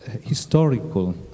historical